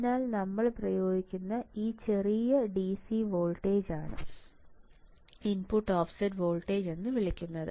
അതിനാൽ നമ്മൾ പ്രയോഗിക്കുന്ന ഈ ചെറിയ DC വോൾട്ടേജാണ് ഇൻപുട്ട് ഓഫ്സെറ്റ് വോൾട്ടേജ് എന്ന് വിളിക്കുന്നത്